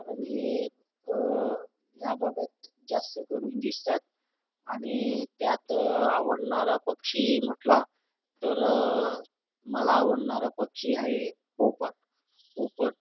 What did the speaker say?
कारण हे या भागात जास्त करून दिसतात आणि त्यात आवडणारा पक्षी म्हटला तर मला आवडणारा पक्षी आहे पोपट पोपट